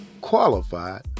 qualified